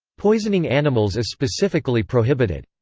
poisoning animals is specifically prohibited.